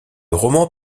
roman